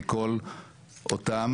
מכל אותם